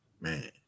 Man